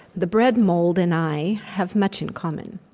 the bread mold and i have much in common.